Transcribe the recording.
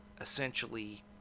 essentially